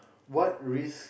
what risk